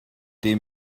dem